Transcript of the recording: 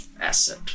asset